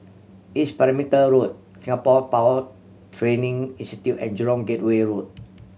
East Perimeter Road Singapore Power Training Institute and Jurong Gateway Road